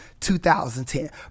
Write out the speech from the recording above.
2010